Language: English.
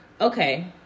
okay